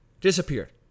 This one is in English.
Disappeared